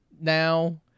now